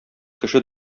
кеше